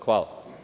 Hvala.